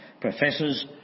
professors